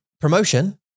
promotion